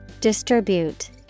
Distribute